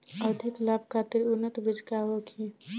अधिक लाभ खातिर उन्नत बीज का होखे?